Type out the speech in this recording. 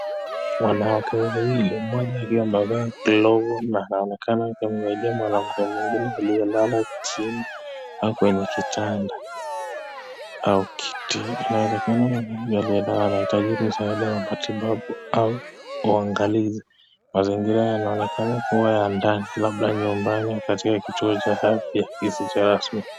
Wanawake wawili mmoja ndio amevaa glovu na anaonekana kumsaidia mwanamke mwingine aliye lala chini au kwenye kitanda au kiti. Inawezekana mwanamke aliyelala anahitaji msaada wa matibabu au uangalizi. Mazingira yanaonekana kua ndani labda nyumbani katika kituo cha afya kisicho rasmi.